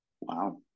Wow